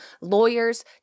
lawyers